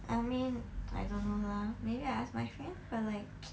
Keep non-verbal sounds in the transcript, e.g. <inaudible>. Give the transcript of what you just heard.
I mean I don't know lah maybe I ask my friend but like <noise>